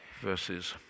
verses